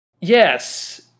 Yes